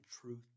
Truth